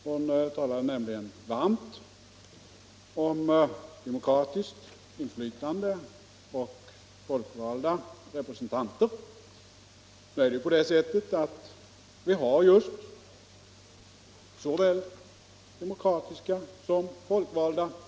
Hon talade nämligen varmt om demokratiskt inflytande och folkvalda representanter. Nu har vi just i landsting och kommuner representanter som är såväl demokratiska som folkvalda.